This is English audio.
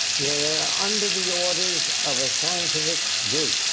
they're under the orders of a scientific group,